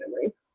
memories